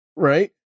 Right